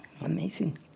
amazing